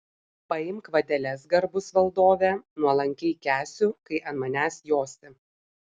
paimk vadeles garbus valdove nuolankiai kęsiu kai ant manęs josi